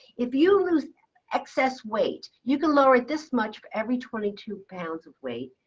if you lose excess weight, you can lower it this much every twenty two pounds of weight.